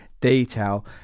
detail